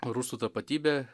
rusų tapatybę